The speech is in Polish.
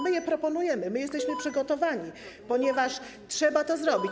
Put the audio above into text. My je proponujemy, my jesteśmy przygotowani, ponieważ trzeba to zrobić.